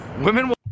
women